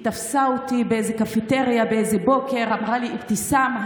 היא תפסה אותי באיזו קפטריה באיזה בוקר ואמרה לי: אבתיסאם,